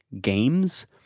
games